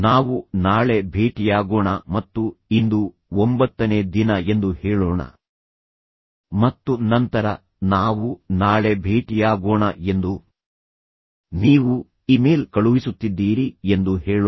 ನಾವು ನಾಳೆ ಭೇಟಿಯಾಗೋಣ ಮತ್ತು ಇಂದು ಒಂಬತ್ತನೇ ದಿನ ಎಂದು ಹೇಳೋಣ ಮತ್ತು ನಂತರ ನಾವು ನಾಳೆ ಭೇಟಿಯಾಗೋಣ ಎಂದು ನೀವು ಇಮೇಲ್ ಕಳುಹಿಸುತ್ತಿದ್ದೀರಿ ಎಂದು ಹೇಳೋಣ